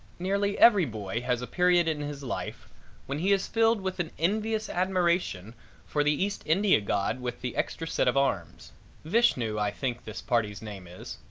nearly every boy has a period in his life when he is filled with an envious admiration for the east india god with the extra set of arms vishnu, i think this party's name is.